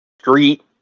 street